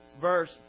verse